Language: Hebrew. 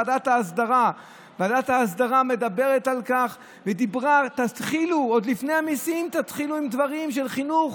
ועדת ההסדרה מדברת על כך שעוד לפני המיסים תתחילו עם דברים של חינוך,